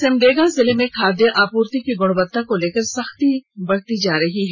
सिमडेगा जिले में खाद्य आपूर्ति की गृणवत्ता को लेकर सख्ती बरती ही जा रही है